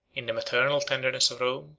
in the maternal tenderness of rome,